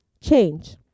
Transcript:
Change